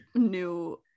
New